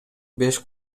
беш